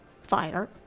Fire